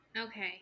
okay